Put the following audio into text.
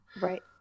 Right